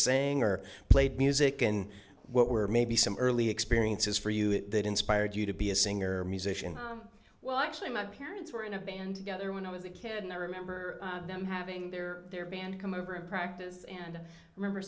saying are played music and what where maybe some early experiences for you it that inspired you to be a singer musician well actually my parents were in a band together when i was a kid and i remember them having their their band come over a practice and i remember